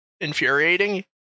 infuriating